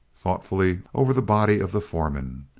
thoughtfully over the body of the foreman.